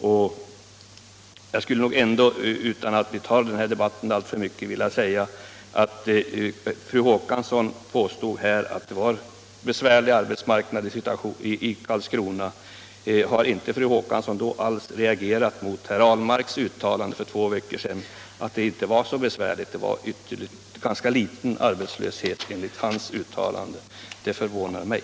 Utan att vi alltför mycket invecklar oss i debatten skulle jag vilja fråga fru Håkansson, som här påstår att det är en besvärlig arbetsmarknadssituation i Karlskrona: Har fru Håkansson då inte alls reagerat mot herr Ahlmarks uttalande för två veckor sedan, att situationen inte var så besvärlig och att arbetslösheten var ganska liten i Karlskrona? Det förvånar mig.